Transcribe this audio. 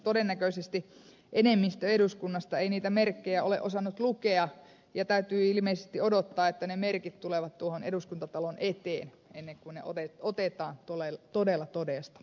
todennäköisesti enemmistö eduskunnasta ei niitä merkkejä ole osannut lukea ja täytyy ilmeisesti odottaa että ne merkit tulevat tuohon eduskuntatalon eteen ennen kuin ne otetaan todella todesta